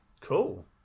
cool